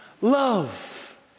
Love